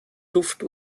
duft